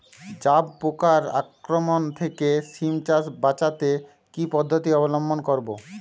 জাব পোকার আক্রমণ থেকে সিম চাষ বাচাতে কি পদ্ধতি অবলম্বন করব?